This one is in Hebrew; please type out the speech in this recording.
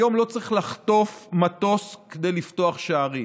היום לא צריך לחטוף מטוס כדי לפתוח שערים.